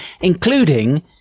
including